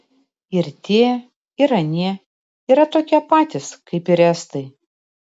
ir tie ir anie yra tokie patys kaip ir estai